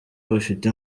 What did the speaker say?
bafite